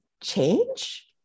change